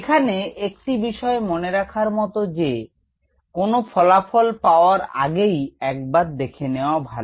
এখানে একটি বিষয় মনে রাখার মত যে কোন ফলাফল পাওয়ার আগেই একবার দেখে নেওয়া ভাল